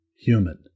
human